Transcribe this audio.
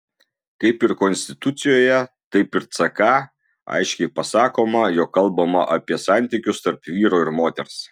kaip ir konstitucijoje taip ir ck aiškiai pasakoma jog kalbama apie santykius tarp vyro ir moters